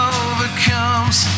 overcomes